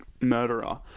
murderer